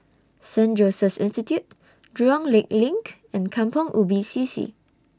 Saint Joseph's Institution Jurong Lake LINK and Kampong Ubi C C